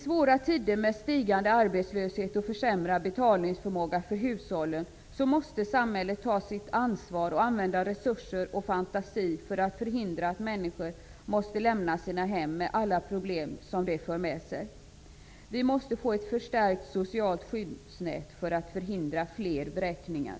I svåra tider med stigande arbetslöshet och försämrad betalningsförmåga för hushållen måste samhället ta sitt ansvar och använda resurser och fantasi för att förhindra att människor måste lämna sina hem, med alla de problem som det för med sig. Vi måste få ett förstärkt socialt skyddsnät för att förhindra fler vräkningar.